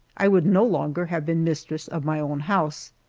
i would no longer have been mistress of my own house,